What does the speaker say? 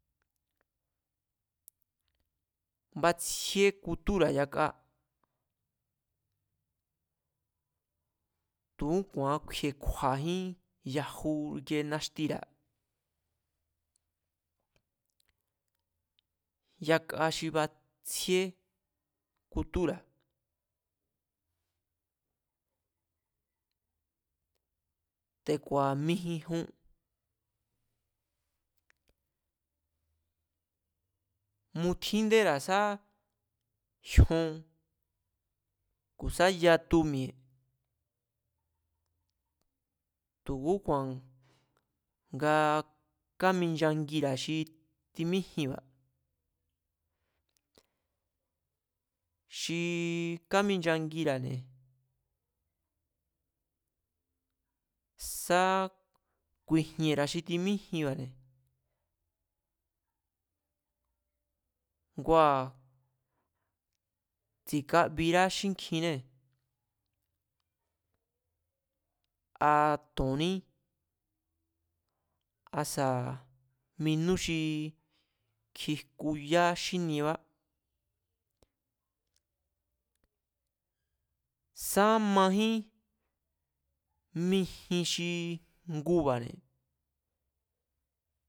Batsjíé kutúra̱ yaka, tu̱úku̱a nga kju̱i̱kju̱a̱jín yaju naxtira̱, yaka xi batsjíé kutúra̱. Te̱ku̱a̱ mijijun, mutjíndera̱ sá jyon ku̱ sa yatu mi̱e̱, tu̱kúku̱a̱n nga kaminchangira̱ xi timíjinba̱, xi káminchangira̱ne̱ sá ku̱i̱ji̱e̱ra̱ xi timíjinba̱ne̱, ngua̱ tsi̱kabirá xínkjinnée̱, a to̱nní, asa̱ minú xi kjijku yaxíniebá sá majín mijin xi nguba̱ne̱